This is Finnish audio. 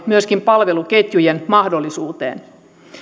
myöskin palveluketjujen mahdollisuuteen